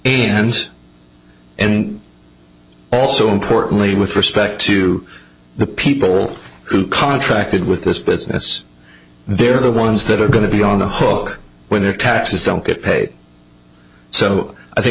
and and also importantly with respect to the people who contracted with this business they're the ones that are going to be on the hook when their taxes don't get paid so i think